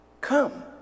Come